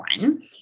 one